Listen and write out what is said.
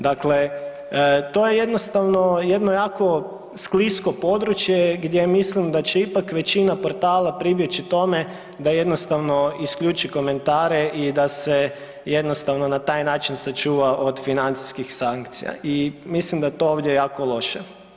Dakle, to je jednostavno jako sklisko područje gdje mislim da će ipak većina portala pribjeći tome da jednostavno isključi komentare i da se jednostavno na taj način sačuva od financijskih sankcija i mislim da je to ovdje jako loše.